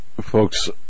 Folks